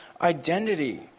identity